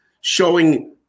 showing